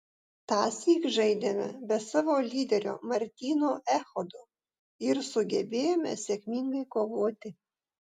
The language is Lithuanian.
tąsyk žaidėme be savo lyderio martyno echodo ir sugebėjome sėkmingai kovoti